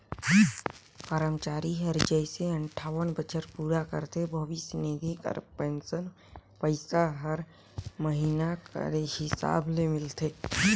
करमचारी हर जइसे अंठावन बछर पूरा करथे भविस निधि कर पेंसन पइसा हर महिना कर हिसाब ले मिलथे